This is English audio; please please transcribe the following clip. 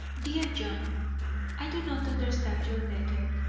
dear john i do not understand your letter.